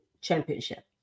championship